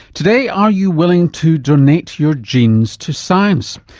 today, are you willing to donate your genes to science?